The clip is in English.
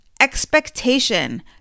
expectation